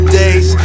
days